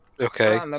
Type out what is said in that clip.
Okay